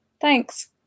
thanks